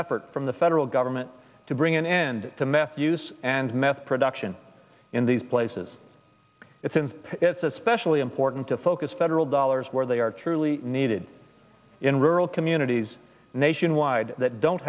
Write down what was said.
effort from the federal government to bring an end to meth use and meth production in these places it since it's especially important to focus federal dollars where they are truly needed in rural communities nationwide that don't